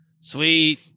sweet